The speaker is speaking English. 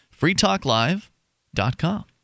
freetalklive.com